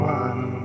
one